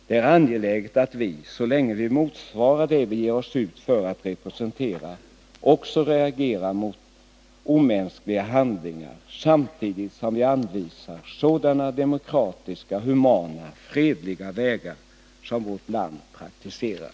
Det är angeläget att vi, så länge vi motsvarar det vi ger oss ut för att representera, också reagerar mot omänskliga handlingar, samtidigt som vi anvisar sådana demokratiska, humana och fredliga vägar som vårt land praktiserar.